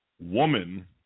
woman